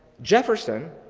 jefferson,